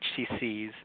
HCCs